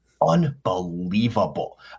unbelievable